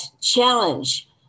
challenge